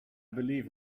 believe